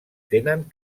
tenen